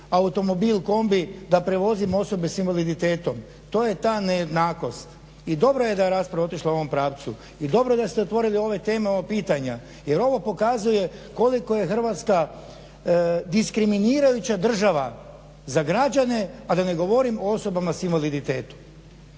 automobil, kombi da prevozim osobe s invaliditetom. To je ta nejednakost. I dobro je da je rasprava otišla u ovom pravcu i dobro je da ste otvorili ove teme, ovo pitanje, jer ovo pokazuje koliko je Hrvatska diskriminirajuća država za građane a da ne govorim o osobama s invaliditetom.